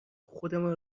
خودمان